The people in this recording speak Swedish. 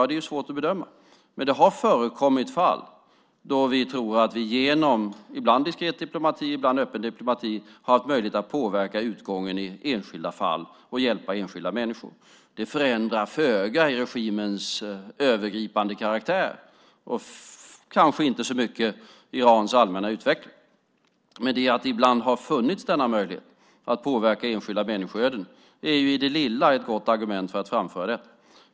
Det är svårt att bedöma, men det har förekommit fall då vi tror att vi genom ibland diskret diplomati ibland öppen diplomati har haft möjlighet att påverka utgången i enskilda fall och hjälpa enskilda människor. Det förändrar föga i regimens övergripande karaktär och kanske inte så mycket Irans allmänna utveckling. Men att det ibland har funnits möjlighet att påverka enskilda människoöden är ett gott argument i det lilla för att framföra detta.